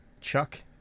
Chuck